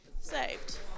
saved